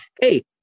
hey